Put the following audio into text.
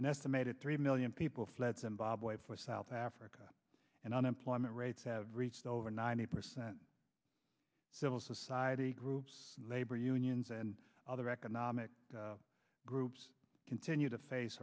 an estimated three million people fled zimbabwe for south africa and unemployment rates have reached over ninety percent civil society groups labor unions and other economic groups continue to face